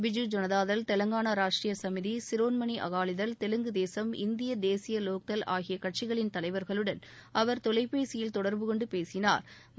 பிஜூ ஜனதாதள் தெலங்கானா ராஷ்ட்ரீய சமிதி சிரோண்மணி அகாலிதள் தெலுங்கு தேசம் இந்திய தேசிய லோக்தள் கட்சிகளின் தலைவாகளுடன் அவர் தொலைபேசியில் தொடர்பு கொண்டு பேசினாள்